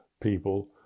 people